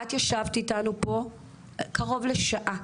את ישבת איתנו פה קרוב לשעה.